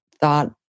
thought